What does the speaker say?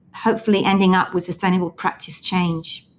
hopefully, ending up with sustainable practice change.